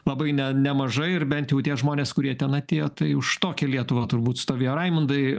labai ne nemažai ir bent jau tie žmonės kurie ten atėjo tai už tokią lietuvą turbūt stovėjo raimundai